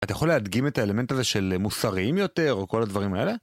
אתה יכול להדגים את האלמנט הזה של מוסריים יותר או כל הדברים האלה?